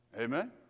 Amen